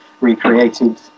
recreated